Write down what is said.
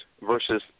versus